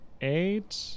eight